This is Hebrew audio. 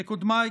כקודמיי,